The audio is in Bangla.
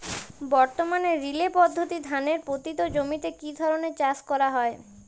বর্তমানে রিলে পদ্ধতিতে ধানের পতিত জমিতে কী ধরনের চাষ করা হয়?